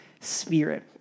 Spirit